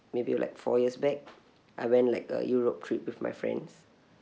maybe like four years back I went like a europe trip with my friends